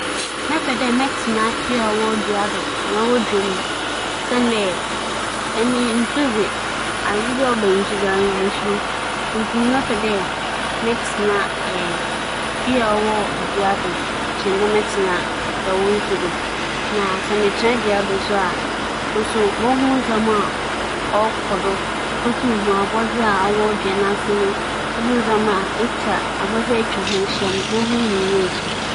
Mebɛpɛ dɛ mebɛtsena hɛmba a wͻayɛ ne tse dɛ fie mu kyɛn dɛ mebɛtsena dua a wͻayɛ no dɛ dan siantsir nye dɛ, ndzɛmba pii na ͻkͻ do wͻ nsu do na enam nsu do a, no do nwin a ͻfa wo ho no yɛ adze a mepɛ dɛ muhu mbrɛ obesi ayɛ sɛ metsena hͻ afebͻͻ a dɛm ntsi mebɛfa ͻno na m'egya dua dan no.